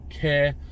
care